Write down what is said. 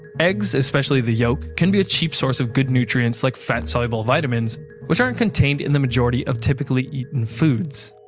eggs, especially the yolk, can be a cheap source of good nutrients like fat soluble vitamins which aren't contained in the majority of typically eaten foods.